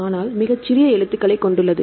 ஆனால் மிகச் சிறிய எழுத்துக்களை கொண்டுள்ளது